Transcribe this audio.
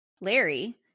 Larry